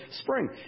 spring